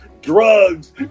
drugs